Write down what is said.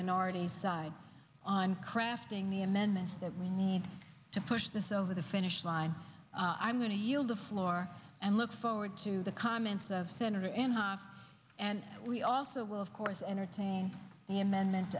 minority side on crafting the amendments that we need to push this over the finish line i'm going to yield the floor and look forward to the comments of senator inhofe and we also will of course entertain the amendment